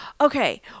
okay